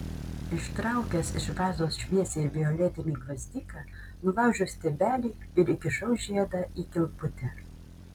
ištraukęs iš vazos šviesiai violetinį gvazdiką nulaužiau stiebelį ir įkišau žiedą į kilputę